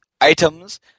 items